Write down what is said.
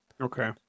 Okay